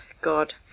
God